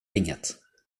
inget